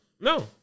No